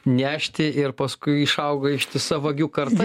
nešti ir paskui išaugo ištisa vagių karta